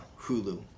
Hulu